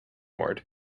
hospital